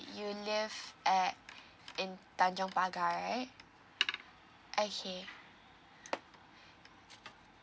you live at in tanjong pagar right okay